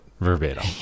verbatim